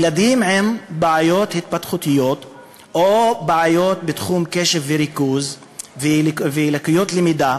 ילדים עם בעיות התפתחותיות או בעיות בתחום קשב וריכוז ולקויות למידה